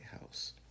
House